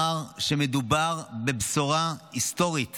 שמדובר בבשורה היסטורית